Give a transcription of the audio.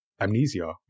amnesia